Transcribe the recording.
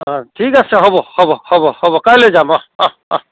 অ ঠিক আছে হ'ব হ'ব হ'ব হ'ব কাইলৈ যাম অহ অহ অহ